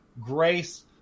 grace